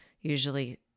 usually